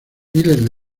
miles